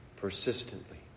persistently